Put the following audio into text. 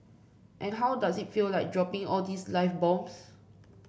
and how does it feel like dropping all these live bombs